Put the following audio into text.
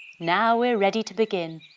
now we're ready to begin.